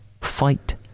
fight